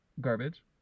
Garbage